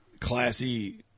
classy